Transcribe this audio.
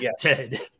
yes